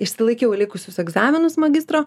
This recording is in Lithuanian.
išsilaikiau likusius egzaminus magistro